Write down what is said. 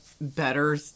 better